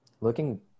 looking